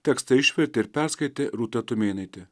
tekstą išvertė ir perskaitė rūta tumėnaitė